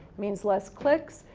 means less clicks,